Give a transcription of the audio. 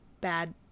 bad